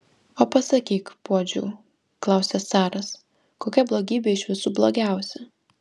o pasakyk puodžiau klausia caras kokia blogybė iš visų blogiausia